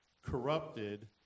corrupted